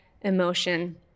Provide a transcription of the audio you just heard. emotion